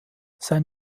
sein